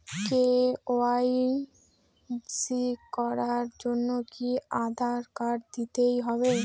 KYC করার জন্য কি আধার কার্ড দিতেই হবে?